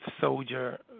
Soldier